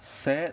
sad